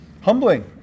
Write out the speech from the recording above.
Humbling